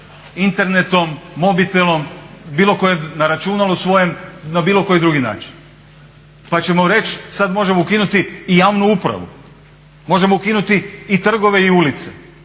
internetom, mobitelom, bilo kojem na računalu svojem, na bilo koji drugi način. Pa ćemo reći sad možemo ukinuti i javnu upravu, možemo ukinuti i trgove i ulice